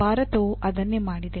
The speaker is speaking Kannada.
ಭಾರತವೂ ಅದನ್ನೇ ಮಾಡಿದೆ